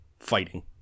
fighting